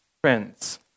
Friends